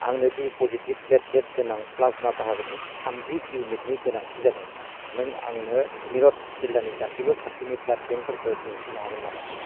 आंनो बि पसिथिब प्लेटलेत गोनां प्लासमा बाहागोनि थामजि इउनिटनि गोनांथि जादों नों आंनो मीरठ जिल्लानि गासिबो खाथिनि ब्लाड बेंकफोरखौ दिन्थिनो हागोन नामा